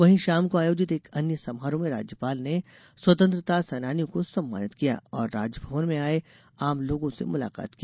वहीं शाम को आयोजित एक अन्य समारोह में राज्यपाल ने स्वतंत्रता सेनानियों को सम्मानित किया और राजभवन में आये आमलोगों से मुलाकात की